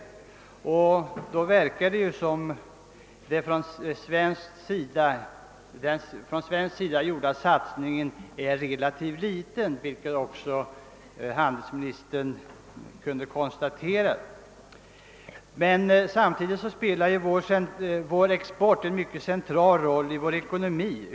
I jämförelse härmed verkar det som om den svenska satsningen är relativt liten, något som handelsministern också kunde konstatera. Men samtidigt spelar vår export en mycket central roll i vår ekonomi.